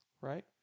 right